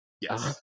yes